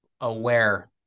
aware